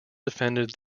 defended